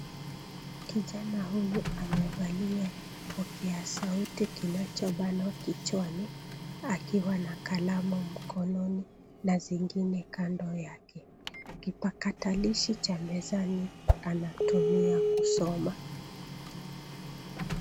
Kijana huyu amevalia kipokea sauti kinachobanwa kichwani akiwa na kalamu mkononi, na zingine kando yake . Kipakatalishi cha mezani anatumia kusoma .